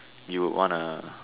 you would wanna